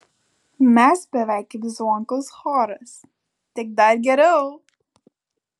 mes beveik kaip zvonkaus choras tik dar geriau